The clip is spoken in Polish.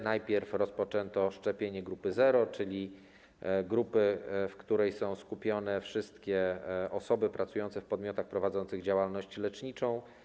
Najpierw rozpoczęto szczepienia grupy zero, czyli grupy, w której są skupione wszystkie osoby pracujące w podmiotach prowadzących działalność leczniczą.